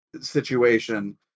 situation